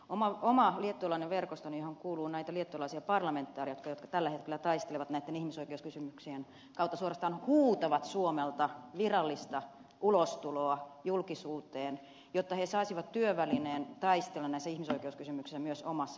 oma liettualainen verkostoni johon kuuluu näitä liettualaisia parlamentaarikkoja jotka tällä hetkellä taistelevat näitten ihmisoikeuskysymyksien hyväksi suorastaan huutaa suomelta virallista ulostuloa julkisuuteen jotta he saisivat työvälineen taistella näissä ihmisoikeuskysymyksissä myös omassa maassaan